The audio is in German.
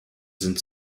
sind